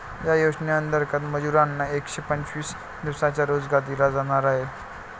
या योजनेंतर्गत मजुरांना एकशे पंचवीस दिवसांचा रोजगार दिला जाणार आहे